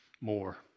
more